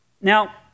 Now